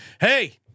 Hey